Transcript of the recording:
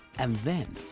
and then,